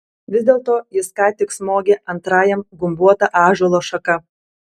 vis dėlto jis ką tik smogė antrajam gumbuota ąžuolo šaka